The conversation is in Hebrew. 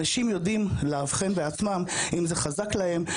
אנשים יודעים לאבחן בעצמם אם זה חזק להם,